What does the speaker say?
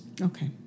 Okay